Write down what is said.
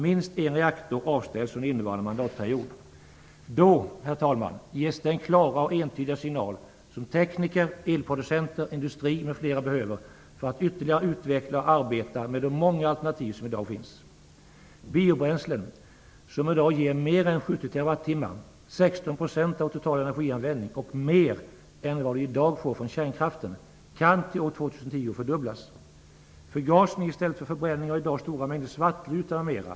Minst en reaktor bör avställas under innevarande mandatperiod. Då, herr talman, ges den klara och entydiga signal som tekniker, elproducenter, industri m.fl. behöver för att ytterligare utveckla och arbeta med de många alternativ som i dag finns. Användningen av biobränslen, som i dag ger mer än 70 TWh, dvs. 16 % av vår totala energianvändning och mer än vad vi får från kärnkraften, kan till år 2010 mer än fördubblas. Ett annat alternativ är förgasning i stället för förbränning av i dag stora mängder "svartlutar" m.m.